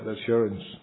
Assurance